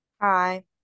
hi